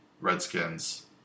Redskins